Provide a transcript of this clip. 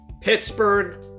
Pittsburgh